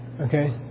Okay